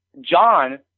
John